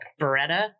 Beretta